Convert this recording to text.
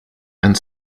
and